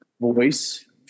voice